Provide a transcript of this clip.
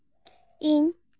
ᱤᱧ